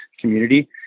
community